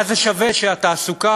מה זה שווה שהתעסוקה